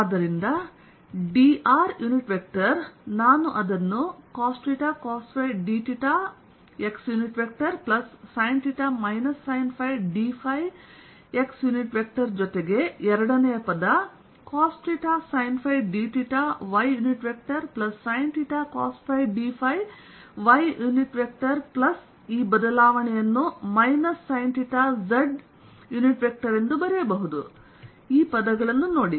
ಆದ್ದರಿಂದ dr unit vector ನಾನು ಅದನ್ನು cosθ cosϕ dθ xಪ್ಲಸ್sinθ sinϕ dϕ x ಜೊತೆಗೆ ಎರಡನೆಯ ಪದ cosθ sinϕ dθ y plus sinθ cosϕ dϕ y plus ಈ ಬದಲಾವಣೆಯನ್ನು ಮೈನಸ್ sinθ z ಎಂದು ಬರೆಯಬಹುದು ಈ ಪದಗಳನ್ನು ನೋಡಿ